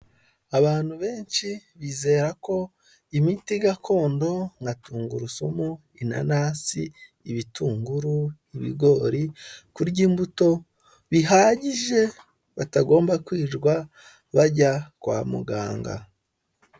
Abantu benshi bizera ko imiti gakondo nka tungurusumu, inanasi, ibitunguru, ibigori, kurya imbuto bihagije batagomba kwirwa bajya kwa muganga.